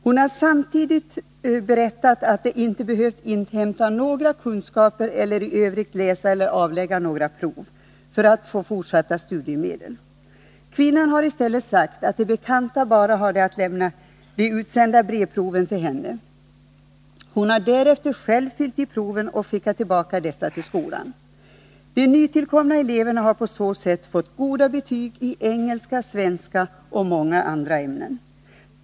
Hon har samtidigt berättat att de inte behövt inhämta några kunskaper eller i övrigt läsa eller avlägga prov för att fortsättningsvis få studiemedel. Kvinnan har i stället sagt att de bekanta bara hade att lämna de utsända brevproven till henne. Hon har därefter själv fyllt i proven och skickat tillbaka dessa till skolan. De nytillkomna eleverna har på så sätt fått goda betygi engelska, svenska och många andra ämnen.